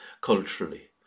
culturally